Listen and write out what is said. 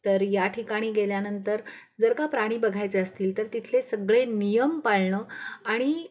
तर या ठिकाणी गेल्यानंतर जर का प्राणी बघायचे असतील तर तिथले सगळे नियम पाळणं आणि